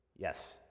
yes